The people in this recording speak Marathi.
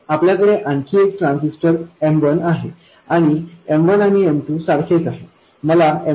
आपल्याकडे आणखी एक ट्रान्झिस्टर M1 आहे आणि M1 आणि M2 सारखेच आहेत